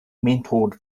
mentored